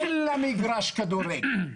אין לה מגרש כדורגל.